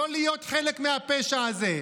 לא להיות חלק מהפשע הזה,